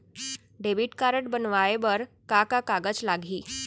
Debit card बनवाये बर का का कागज लागही?